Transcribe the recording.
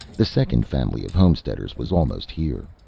the second family of homesteaders was almost here.